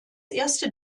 erste